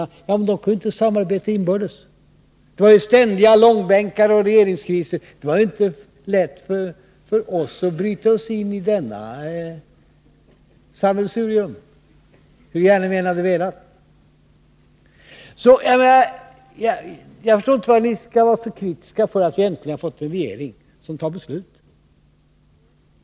Men de borgerliga regeringarna kunde ju inte samarbeta inbördes, det var ständiga långbänkar och regeringskriser, och det var inte lätt för oss att bryta oss in i detta sammelsurium — hur gärna vi än hade velat. Jag förstår alltså inte varför ni skall vara så kritiska för att vi äntligen har fått en regering som fattar beslut.